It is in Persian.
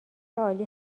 عالی